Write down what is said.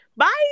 Bye